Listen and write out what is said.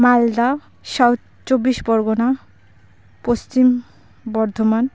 ᱢᱟᱞᱫᱟ south ᱪᱚᱵᱽᱵᱤᱥ ᱯᱚᱨᱜᱚᱱᱟ ᱯᱚᱥᱪᱤᱢ ᱵᱚᱨᱫᱷᱚᱢᱟᱱ